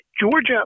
Georgia